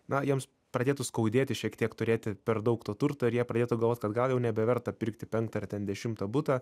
na jiems pradėtų skaudėti šiek tiek turėti per daug to turto ir jie pradėtų galvot kad gal jau nebeverta pirkti penktą ar ten dešimtą butą